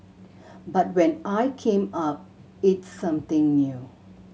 but when I came up it's something new